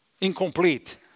incomplete